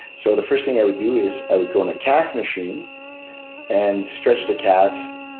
so the first thing i would do is i would go on a calf machine and stretch the calves,